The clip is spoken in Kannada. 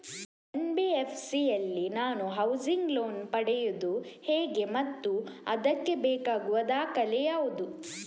ಎನ್.ಬಿ.ಎಫ್.ಸಿ ಯಲ್ಲಿ ನಾನು ಹೌಸಿಂಗ್ ಲೋನ್ ಪಡೆಯುದು ಹೇಗೆ ಮತ್ತು ಅದಕ್ಕೆ ಬೇಕಾಗುವ ದಾಖಲೆ ಯಾವುದು?